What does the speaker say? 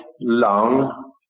long